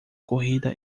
corrida